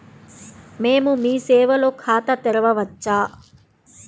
మేము మీ సేవలో ఖాతా తెరవవచ్చా?